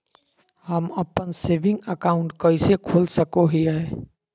हम अप्पन saving account कइसे खोल सको हियै?